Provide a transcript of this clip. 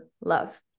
love